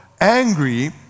angry